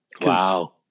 Wow